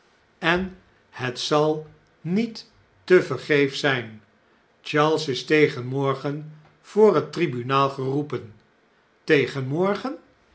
en het zal niet tevergeefs zjjn charles is tegen morgen voor het tribunaal geroepen